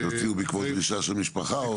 הוציאו בעקבות דרישה של המשפחה?